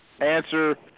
answer